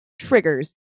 triggers